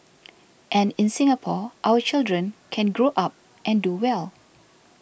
and in Singapore our children can grow up and do well